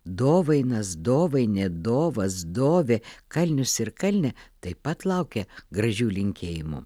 dovainas dovainė dovas dovė kalnius ir kalnė taip pat laukia gražių linkėjimų